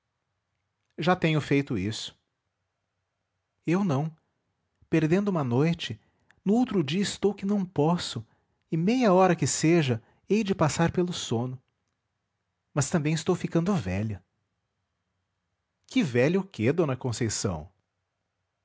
já tenho feito isso eu não perdendo uma noite no outro dia estou que não posso e meia hora que seja hei de passar pelo sono mas também estou ficando velha que velha o que d conceição